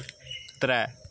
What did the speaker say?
त्रै